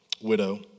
widow